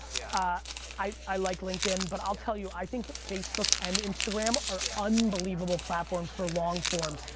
yeah ah i like linkedin, but i'll tell you i think facebook and instagram are unbelievable platforms for long form.